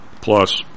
plus